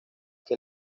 que